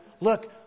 look